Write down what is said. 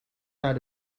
naar